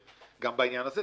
גם בעניין הזה,